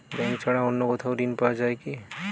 Bank ছাড়া অন্য কোথাও ঋণ পাওয়া যায় কি?